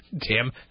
Tim